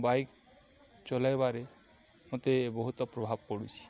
bike ଚଲାଇବାରେ ମୋତେ ବହୁତ ପ୍ରଭାବ ପଡ଼ୁଛିି